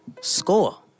Score